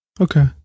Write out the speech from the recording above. okay